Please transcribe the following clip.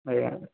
ଆଜ୍ଞା